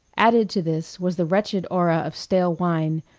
added to this was the wretched aura of stale wine,